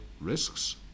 risks